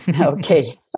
Okay